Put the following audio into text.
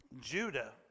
Judah